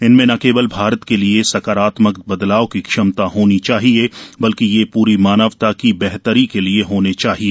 इनमें न केवल भारत के लिए सकारात्मक बदलाव की क्षमता होनी चाहिए बल्कि ये पूरी मानवता की बेहतरी के लिए होने चाहिए